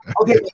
Okay